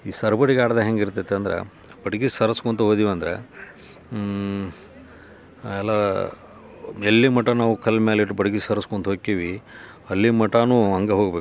ಈ ಸರಬಡ್ಗಿ ಆಟದಾಗ ಹೆಂಗೆ ಇರ್ತೈರೆ ಅಂದ್ರೆ ಬಡ್ಗೆ ಸರಸ್ಕೊಂತ ಹೋದ್ವಿ ಅಂದ್ರೆ ಎಲ್ಲ ಎಲ್ಲಿ ಮಟ ನಾವು ಕಲ್ಲ ಮ್ಯಾಲೆ ಇಟ್ಟು ಬಡ್ಗೆ ಸರಸ್ಕೊಂತ ಹೋಕಿವಿ ಅಲ್ಲಿ ಮಟನೂ ಹಂಗ ಹೋಗಬೇಕು